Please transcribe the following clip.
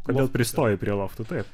kodėl pristojai prie loftų taip